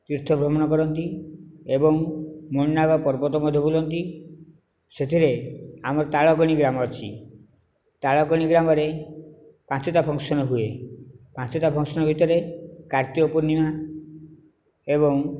ତୀର୍ଥ ଭ୍ରମଣ କରନ୍ତି ଏବଂ ମଣିନାଗ ପର୍ବତ ମଧ୍ୟ ବୁଲନ୍ତି ସେଥିରେ ଆମର ତାଳଗଣି ଗ୍ରାମ ଅଛି ତାଳଗଣି ଗ୍ରାମରେ ପାଞ୍ଚଟା ଫଙ୍କସନ୍ ହୁଏ ପାଞ୍ଚଟା ଫଙ୍କସନ୍ ଭିତରେ କାର୍ତ୍ତିକ ପୂର୍ଣ୍ଣିମା ଏବଂ